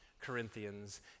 corinthians